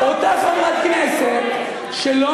אותה חברת כנסת שלא